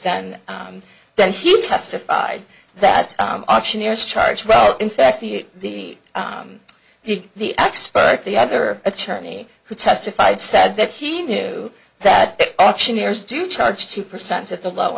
than then he testified that auctioneers charge well in fact the the the expert the other attorney who testified said that he knew that auctioneers do charge two percent at the low